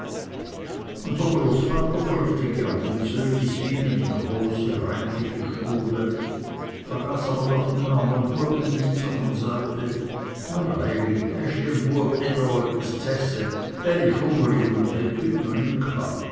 und der großvater folgte gerne dem söhniswyb in die große reinliche stube vergaß aber doch den armen bueben nicht sondern sagte mareili hest dem bueb nit o öppis z'esse er ist hungerig und